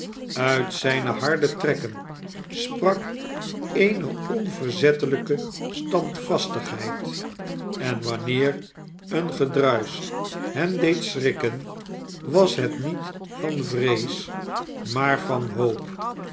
uit zijne harde trekken sprak eene onverzettelijke standvastigheid en wanneer een gedruisch hem deed schrikken was het niet van vrees maar van hoop